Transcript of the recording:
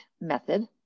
method